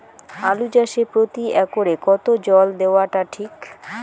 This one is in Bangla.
আলু চাষে প্রতি একরে কতো জল দেওয়া টা ঠিক?